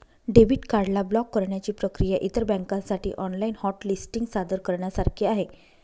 debit card ला block करण्याची प्रक्रिया इतर बँकांसाठी ऑनलाइन हॉट लिस्टिंग सादर करण्यासारखी आहे